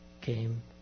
came